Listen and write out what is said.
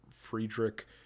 Friedrich